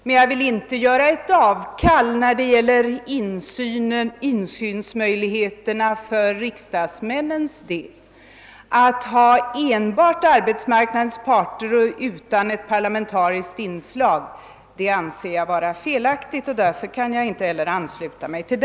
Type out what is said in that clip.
Men jag vill inte göra avkall från kravet på insynsmöjligheterna för riksdagsmännens del. Att enbart arbetsmarknadens parter skall delta och att det inte skall vara något parlamentariskt : inslag anser jag vara felaktigt och kan därför inte heller ansluta mig härtill.